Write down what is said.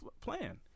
plan